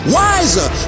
wiser